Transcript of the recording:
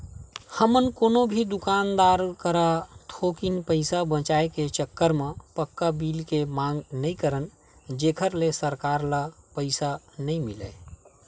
हमन कोनो भी दुकानदार करा थोकिन पइसा बचाए के चक्कर म पक्का बिल के मांग नइ करन जेखर ले सरकार ल पइसा नइ मिलय